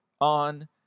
on